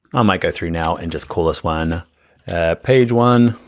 i might go through now, and just call this one page one,